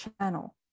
channel